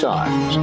Times